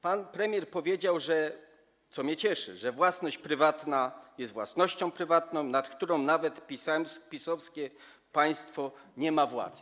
Pan premier powiedział, co mnie cieszy, że własność prywatna jest własnością prywatną, nad którą nawet PiS-owskie państwo nie ma władzy.